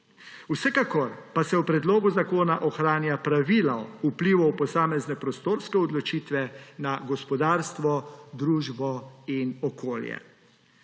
Vsekakor pa se v predlogu zakona ohranja pravilo vplivov posamezne prostorske odločitve na gospodarstvo, družbo in okolje.